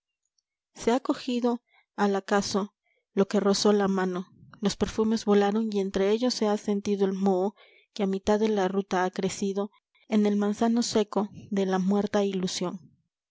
se ha cogido al acaso lo que rozó la mano los perfumes volaron y entre ellos se ha sentido el moho que a mitad de la ruta ha crecido en el manzano seco de la muerta ilusión